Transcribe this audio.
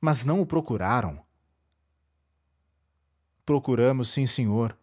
mas não o procuraram procuramos sim senhor